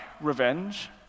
revenge